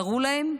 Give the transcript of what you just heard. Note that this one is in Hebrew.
קראו להם,